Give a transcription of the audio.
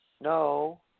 No